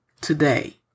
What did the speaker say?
today